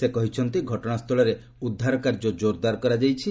ସେ କହିଛନ୍ତି ଘଟଣାସ୍ଥଳରେ ଉଦ୍ଧାର କାର୍ଯ୍ୟ ଜୋରଦାର କରାଯାଇଛି